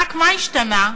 רק, מה השתנה?